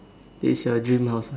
is your dream house